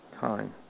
time